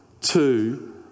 two